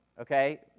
Okay